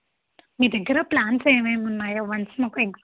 మీ దిగ్గర ప్లాన్స్ ఏమేమున్నాయో వన్స్ మాకు ఎక్స్